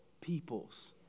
peoples